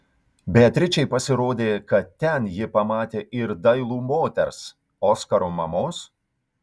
beatričei pasirodė kad ten ji pamatė ir dailų moters oskaro mamos